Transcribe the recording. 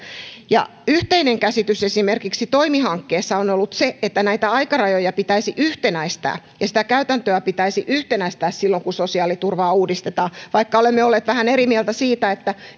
siinä on yhteinen käsitys esimerkiksi toimi hankkeessa on ollut se että näitä aikarajoja pitäisi yhtenäistää ja sitä käytäntöä pitäisi yhtenäistää silloin kun sosiaaliturvaa uudistetaan vaikka olemme olleet vähän eri mieltä siitä